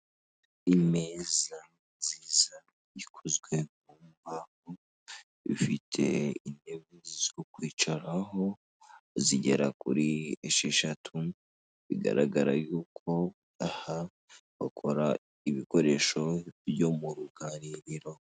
Imeza nziza ikozwe mu mbahk ifite intebe zo kwicaraho zigera kuri esheshatu bigaragara yuko aha bakora ibikoresho byo mu ruganiriro.